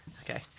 Okay